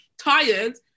tired